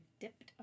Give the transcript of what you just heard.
dipped